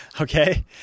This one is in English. Okay